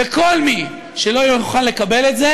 וכל מי שלא יוכל לקבל את זה,